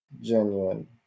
genuine